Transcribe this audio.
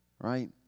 right